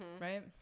right